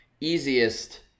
Easiest